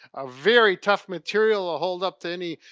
a very tough material'll ah hold up to any,